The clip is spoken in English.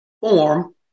form